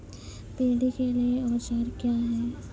Paddy के लिए औजार क्या हैं?